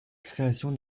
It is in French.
création